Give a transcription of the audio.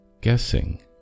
Guessing